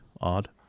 Odd